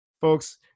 Folks